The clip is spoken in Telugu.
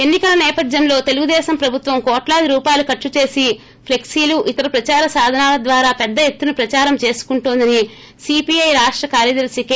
ఎన్ని కల సేపథ్యంలో తెలుగుదేశం ప్రభుత్వం కోట్లాది రూపాయలు ఖర్సుచేసి ప్లెక్పీలు ఇతర ప్రదార సాధనాల ద్వారా పెద్ద ఎత్తున ప్రదారం చేసుకుంటోందని సీపీఐ రాష్ష కార్యదర్తి కె